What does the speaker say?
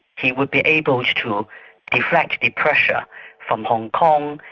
he would be able to deflect the pressure from hong kong,